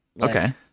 Okay